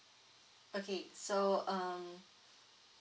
okay so um